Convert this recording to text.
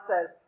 says